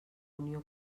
unió